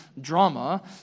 drama